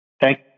Thank